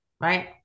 right